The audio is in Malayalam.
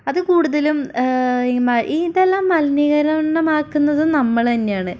അതു കൂടുതലും ഈ മ ഇതെല്ലാം മലിനീകരണം ആക്കുന്നതും നമ്മൾ തന്നെയാണ്